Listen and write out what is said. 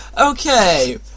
Okay